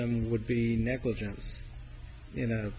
them would be negligence you know